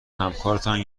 همکارتان